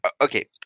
okay